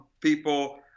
people